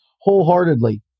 wholeheartedly